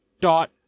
dot